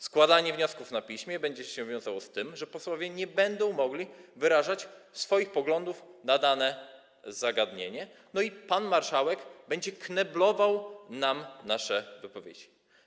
Składanie wniosków na piśmie będzie się wiązało z tym, że posłowie nie będą mogli wyrażać swoich poglądów na dane zagadnienie i że pan marszałek będzie kneblował nas, uniemożliwiał nam nasze wypowiedzi.